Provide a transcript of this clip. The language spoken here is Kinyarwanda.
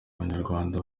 abanyarwanda